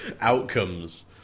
outcomes